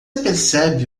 percebe